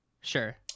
Sure